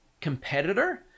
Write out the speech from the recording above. competitor